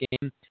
game